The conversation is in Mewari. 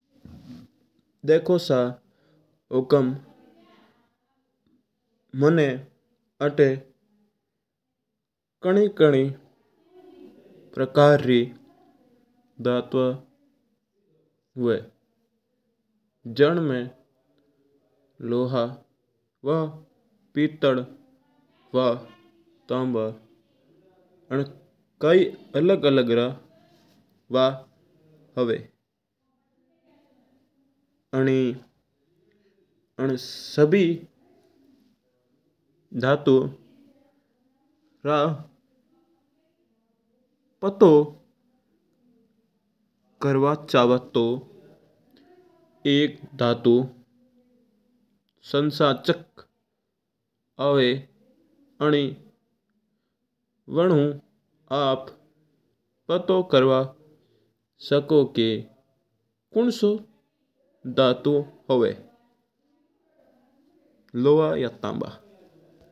देखो सा हुकम मान आटा कणी-कणी प्रकार री धातुंवा हुया है। जिणमा लोहा वा पीतळ और तांबा कई कई आलाग आलाग तरह रा धातु हुया। आण सभि धातुअ रा पतो करवा चावा तौ एक धातु संसचक हुवा वणो आप पता करवा सको कि कौणसो धातु हुया।